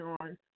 on